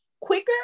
quicker